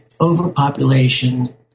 overpopulation